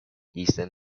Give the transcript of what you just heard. easton